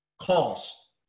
calls